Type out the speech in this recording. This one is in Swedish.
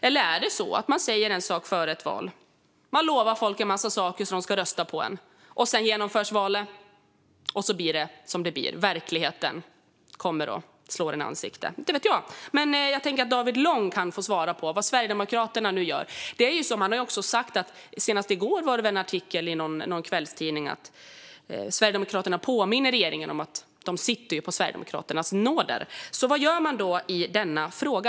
Eller är det så att man säger en sak före valet och lovar folk en massa saker så att de ska rösta på en, och sedan blir det som det blir när valet har genomförts - att verkligheten kommer och slår en i ansiktet? Inte vet jag. Men David Lång kan få svara på vad Sverigedemokraterna nu gör. Senast i går var det en artikel i någon kvällstidning där det stod att Sverigedemokraterna påminner regeringen om att den sitter på nåder av Sverigedemokraterna. Så vad gör ni i denna fråga?